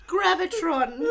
Gravitron